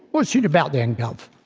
what's it about then, guv.